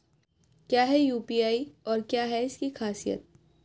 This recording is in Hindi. क्या है यू.पी.आई और क्या है इसकी खासियत?